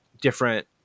different